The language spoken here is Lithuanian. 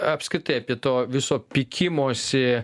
apskritai apie to viso pykimosi